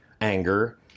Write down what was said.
anger